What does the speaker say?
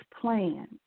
plan